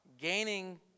Gaining